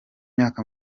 myaka